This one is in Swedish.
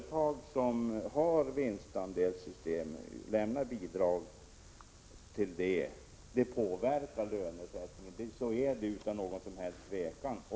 1986/87:135 vinstandelssystem och lämnar bidrag till det, så påverkar det förhållandet — 3 juni 1987 lönesättningen. Utan något som helst tvivel förhåller det sig så.